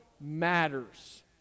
matters